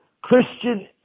Christian